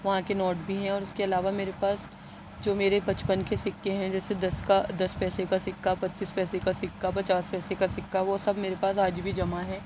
وہاں کے نوٹ بھی ہیں اور اس کے علاوہ میرے پاس جو میرے بچپن کے سکّے ہیں جیسے دس کا دس پیسے کا سکّہ پچیس پیسے کا سکّہ پچاس پیسے کا سکّہ وہ سب میرے پاس آج بھی جمع ہے